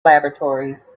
laboratories